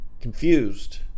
confused